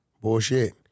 Bullshit